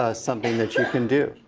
ah something that you can do.